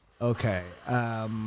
Okay